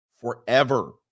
Forever